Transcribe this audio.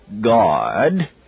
God